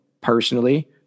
personally